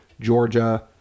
Georgia